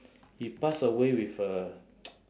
he passed away with a